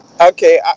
okay